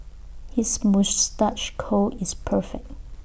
his moustache curl is perfect